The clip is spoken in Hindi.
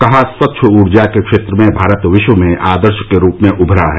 कहा स्वच्छ ऊर्जा के क्षेत्र में भारत विश्व में आदर्श के रूप में उभरा है